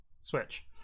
Switch